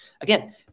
Again